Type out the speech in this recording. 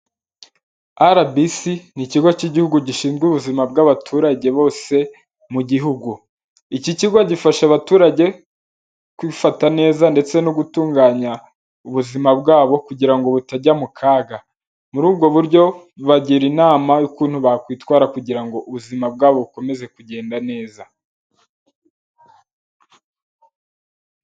RBC ni ikigo cy'igihugu gishinzwe ubuzima bw'abaturage bose mu gihugu, iki kigo gifasha abaturage kwifata neza ndetse no gutunganya ubuzima bwabo kugira ngo butajya mu kaga, muri ubwo buryo babagira inama y'ukuntu bakwitwara kugira ngo ubuzima bwabo bukomeze kugenda neza.